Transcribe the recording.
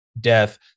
death